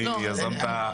מי יזם את הפניה.